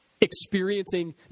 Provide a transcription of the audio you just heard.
experiencing